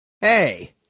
Hey